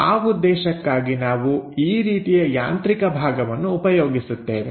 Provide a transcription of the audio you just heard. ಆ ಉದ್ದೇಶಕ್ಕಾಗಿ ನಾವು ಈ ರೀತಿಯ ಯಾಂತ್ರಿಕ ಭಾಗವನ್ನು ಉಪಯೋಗಿಸುತ್ತೇವೆ